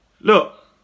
Look